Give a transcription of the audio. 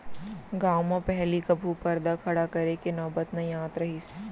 गॉंव म पहिली कभू परदा खड़ा करे के नौबत नइ आत रहिस